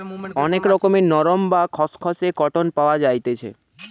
অনেক রকমের নরম, বা খসখসে কটন পাওয়া যাইতেছি